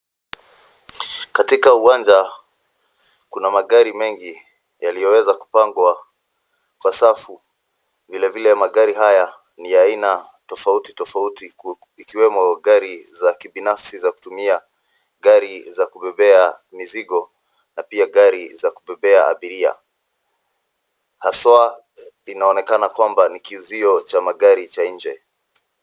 Katika uwanja kuna magari mengi yaliyoweza kupangwa kwa safu. Vilevile magari haya ni ya aina tofauti tofauti ikiwemo gari za kibinafsi za kujibeba, gari za kubebea mizigo na pia gari za kubebea abiria. Haswa inaonekana kuwa ni kiuzio ha magari cha nje.